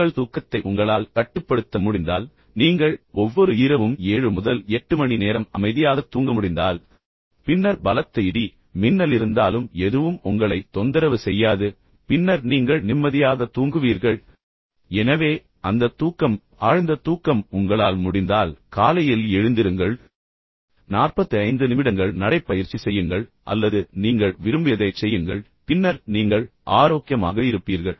உங்கள் தூக்கத்தை உங்களால் கட்டுப்படுத்த முடிந்தால் நீங்கள் ஒவ்வொரு இரவும் 7 முதல் 8 மணி நேரம் அமைதியாக தூங்க முடிந்தால் பின்னர் பலத்த இடி மின்னல் இருந்தாலும் எதுவும் உங்களை தொந்தரவு செய்யாது பின்னர் நீங்கள் நிம்மதியாக தூங்குவீர்கள் எனவே அந்த தூக்கம் ஆழ்ந்த தூக்கம் உங்களால் முடிந்தால் காலையில் எழுந்திருங்கள் 45 நிமிடங்கள் நடைப்பயிற்சி செய்யுங்கள் அல்லது நீங்கள் விரும்பியதைச் செய்யுங்கள் பின்னர் நீங்கள் ஆரோக்கியமாக இருப்பீர்கள்